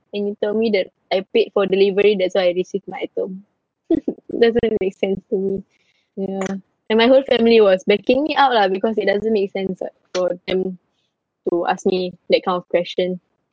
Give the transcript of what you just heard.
and you tell me that I paid for delivery that's why I received my item doesn't make sense to me ya and my whole family was nagging me out lah because it doesn't make sense [what] for them to ask me that kind of question